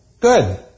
Good